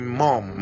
mom